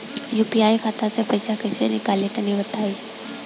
UPI खाता से पइसा कइसे निकली तनि बताई?